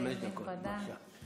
חמש דקות, בבקשה.